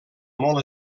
molt